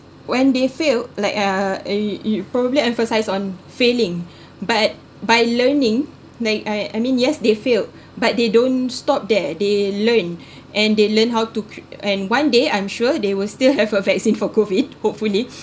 when they failed like uh you you probably emphasise on failing but by learning like I I mean yes they failed but they don't stop there they learn and they learnt how to cre~ and one day I'm sure they will still have a vaccine for COVID hopefully